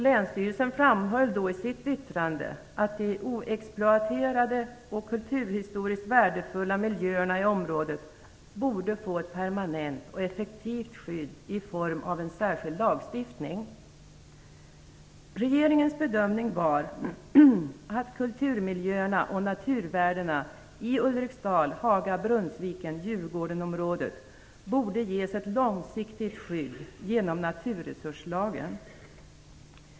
Länsstyrelsen framhöll i sitt yttrande att de oexploaterade och kulturhistoriskt värdefulla miljöerna i området borde få ett permanent och effektivt skydd i form av en särskild lagstiftning. Regeringens bedömning var att kulturmiljöerna och naturvärdena i Ulriksdal-Haga-Brunnsviken Djurgården-området borde ges ett långsiktigt skydd i naturresurslagen.